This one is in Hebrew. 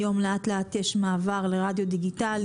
היום לאט-לאט יש מעבר לרדיו דיגיטלי.